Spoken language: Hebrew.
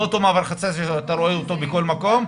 לא אותו מעבר חציה שאתה רואה בכל מקום,